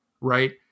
right